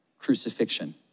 crucifixion